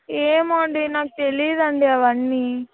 ఏమో అండి నాకు తెలియదు అండి అవన్నీ